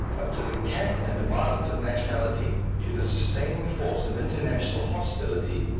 but to the cant and violence of nationality, to the sustaining force of international hostility,